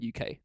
UK